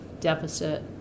deficit